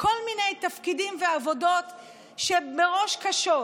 כל מיני תפקידים ועבודות שמראש קשות,